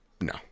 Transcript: No